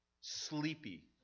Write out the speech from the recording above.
sleepy